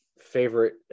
favorite